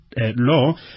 Law